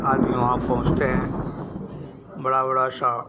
आदमी वहाँ पहुँचते हैं बड़ा बड़ा शा